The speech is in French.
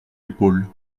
épaules